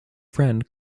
friend